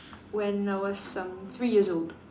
when I was um three years old